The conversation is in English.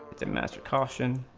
domestic option